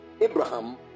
Abraham